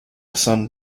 son